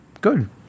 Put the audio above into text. good